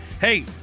Hey